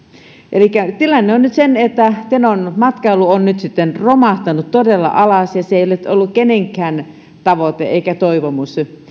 elikkä tilanne on nyt se että tenon matkailu on nyt sitten romahtanut todella alas se ei ole ollut kenenkään tavoite eikä toivomus